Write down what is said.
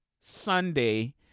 Sunday